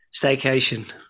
Staycation